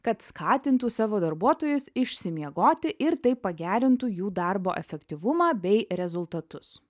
kad skatintų savo darbuotojus išsimiegoti ir taip pagerintų jų darbo efektyvumą bei rezultatus